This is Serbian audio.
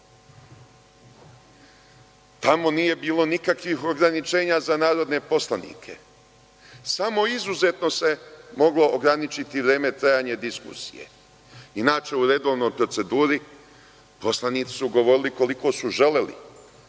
Tamo nije bilo nikakvih ograničenja za narodne poslanike. Samo izuzetno se moglo ograničiti vreme trajanja diskusije. Inače, u redovnoj proceduri poslanici su govorili koliko su želeli,